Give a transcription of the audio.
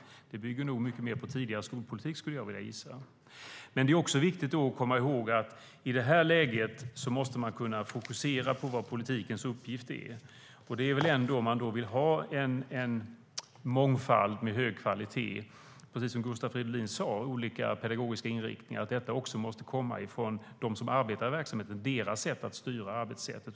De bygger mer på tidigare skolpolitik, gissar jag. Det är också viktigt att i det här läget fokusera på politikens uppgift. Om man vill ha en mångfald med hög kvalitet, precis som Gustav Fridolin sade, med olika pedagogiska inriktningar måste detta komma från dem som arbetar i verksamheten, det vill säga deras sätt att styra arbetet.